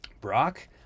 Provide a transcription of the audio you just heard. Brock